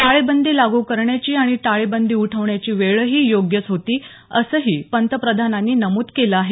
टाळेबंदी लागू करण्याची आणि टाळेबंदी उठवण्याची वेळही योग्यच होती असंही पंतप्रधानांनी नमूद केलं आहे